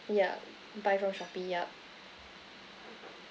yeah buy from Shopee yup